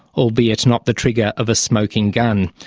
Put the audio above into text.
albeit not the trigger of a smoking gun.